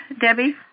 Debbie